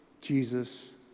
Jesus